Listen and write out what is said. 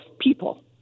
people